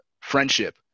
friendship